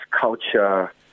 culture